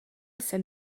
jsem